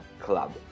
club